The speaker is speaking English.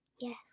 Yes